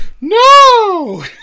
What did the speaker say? no